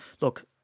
look